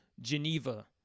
Geneva